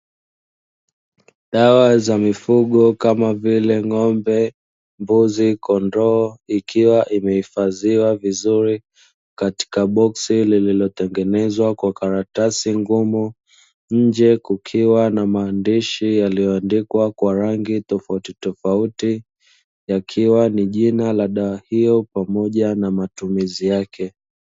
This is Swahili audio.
Dawa ya mifugo kama vile ngombe, mbuzi, kondoo ikiwa imehifadhiwa vizuri katika boksi lililotengenezwa kwa karatadi ngumu, nje kukiwa na maandishi yaliyoandikwa kwa rangi tofauti tofauti yakiwa ni jina la dawa hiyo pamoja na matumizi yake.